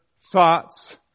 thoughts